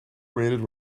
rated